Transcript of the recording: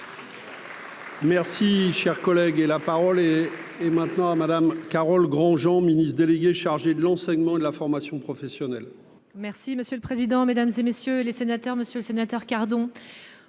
Merci, cher collègue, et la parole et et maintenant à madame. Carole Granjean, ministre déléguée chargée de l'enseignement de la formation professionnelle. Merci monsieur le président, Mesdames et messieurs les sénateurs, Monsieur le Sénateur, cardons